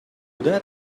that